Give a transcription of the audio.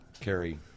carry